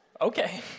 Okay